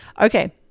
Okay